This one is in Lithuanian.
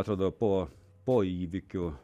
atrodo po po įvykių